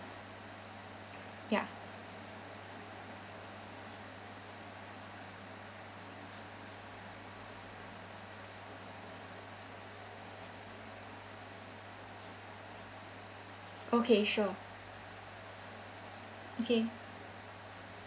okay sure okay